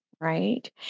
right